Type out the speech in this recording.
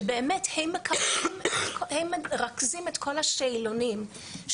שהם באמת מרכזים את כל השאלונים שארגונים